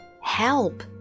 Help